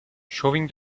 showing